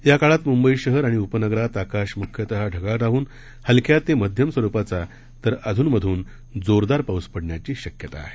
याकाळात मुंबई शहर आणि उपनगरात आकाश मुख्यतः ढगाळ राहून हलक्या ते मध्यम स्वरुपाचा तर अध्नमधून जोरदार पाऊस पडण्याची शक्यता आहे